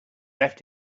left